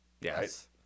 Yes